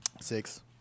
Six